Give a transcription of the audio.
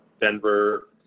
Denver